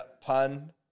pun